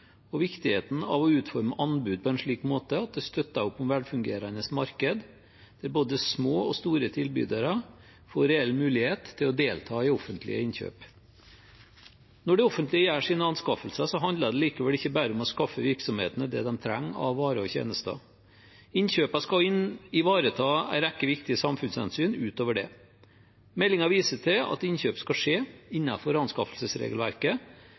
og viktigheten av å utforme anbud på en slik måte at det støtter opp om velfungerende markeder, der både små og store tilbydere får reell mulighet til å delta i offentlige innkjøp. Når det offentlige gjør sine anskaffelser, handler det likevel ikke bare om å skaffe virksomhetene det de trenger av varer og tjenester. Innkjøpene skal ivareta en rekke viktige samfunnshensyn utover det. Meldingen viser til at innkjøp skal skje innenfor anskaffelsesregelverket